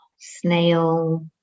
snail